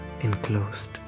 enclosed